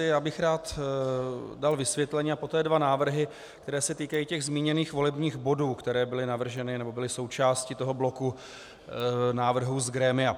Já bych rád dal vysvětlení a poté dva návrhy, které se týkají těch zmíněných volebních bodů, které byly navrženy, nebo byly součástí bloku návrhů z grémia.